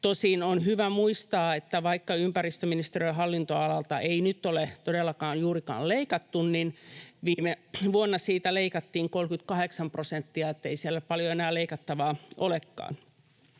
Tosin on hyvä muistaa, että vaikka ympäristöministeriön hallintoalalta ei nyt ole todellakaan juurikaan leikattu, niin viime vuonna siitä leikattiin 38 prosenttia, niin ettei siellä paljon enää leikattavaa olekaan.